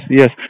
yes